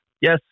yes